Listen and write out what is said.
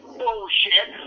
bullshit